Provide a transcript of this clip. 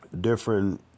different